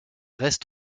reste